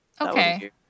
Okay